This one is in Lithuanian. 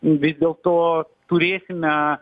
vis dėlto turėsime